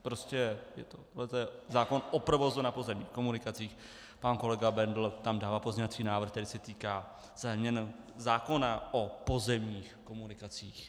Prostě to je zákon o provozu na pozemních komunikacích, pan kolega Bendl tam dává pozměňovací návrh, který se týká zákona o pozemních komunikacích.